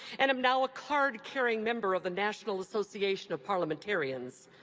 and am now a card-carrying member of the national association of parliamentarians.